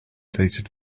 deleted